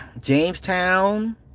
Jamestown